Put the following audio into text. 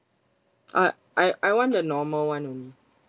I I I want the normal one only